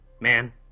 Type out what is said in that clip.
man